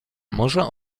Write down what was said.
może